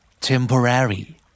Temporary